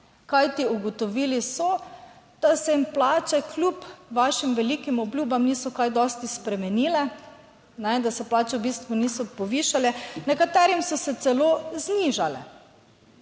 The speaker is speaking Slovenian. Kajti, ugotovili so, da se jim plače kljub vašim velikim obljubam niso kaj dosti spremenile, da se plače v bistvu niso povišale, nekaterim so se celo znižale,